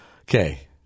Okay